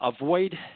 Avoid